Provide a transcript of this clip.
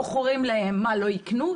מוכרים להם מה, לא יקנו?